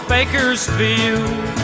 Bakersfield